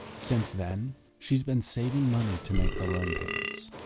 since then, she's been saving money to make the loan payments.